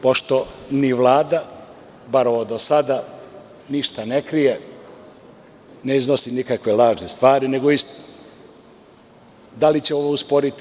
Pošto ni Vlada, bar ova do sada ništa ne krije, ne iznosi nikakve lažne stvari nego istinu, da li će ovo usporiti?